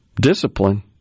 discipline